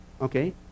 okay